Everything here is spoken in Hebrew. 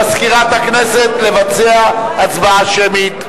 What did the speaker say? מזכירת הכנסת, לבצע הצבעה שמית.